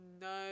No